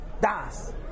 Das